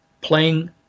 playing